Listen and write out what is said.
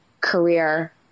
career